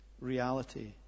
reality